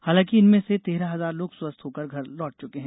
हालांकि इनमें से तेरह हजार लोग स्वस्थ होकर घर लौट चुके हैं